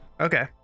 Okay